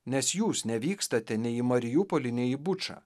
nes jūs nevykstate nei į mariupolį nei į bučą